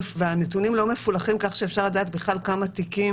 והנתונים לא מפולחים כך שאפשר לדעת בכלל כמה תיקים